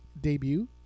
debut